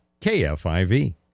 KFIV